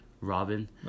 Robin